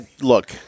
Look